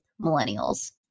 millennials